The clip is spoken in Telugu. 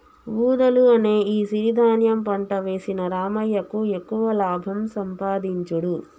వూదలు అనే ఈ సిరి ధాన్యం పంట వేసిన రామయ్యకు ఎక్కువ లాభం సంపాదించుడు